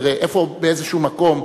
תראה, באיזה מקום,